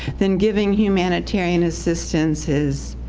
then giving humanitarian assistance is